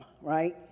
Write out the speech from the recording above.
right